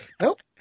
Nope